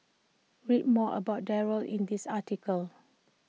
read more about Darryl in this article